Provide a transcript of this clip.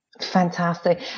Fantastic